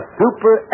super